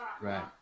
Right